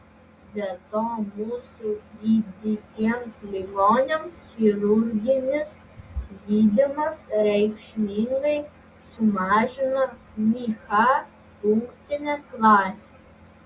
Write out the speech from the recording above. be to mūsų gydytiems ligoniams chirurginis gydymas reikšmingai sumažino nyha funkcinę klasę